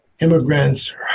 immigrants